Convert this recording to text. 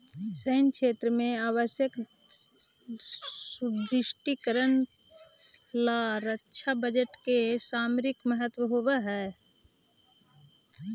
सैन्य क्षेत्र में आवश्यक सुदृढ़ीकरण ला रक्षा बजट के सामरिक महत्व होवऽ हई